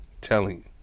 Telling